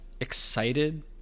excited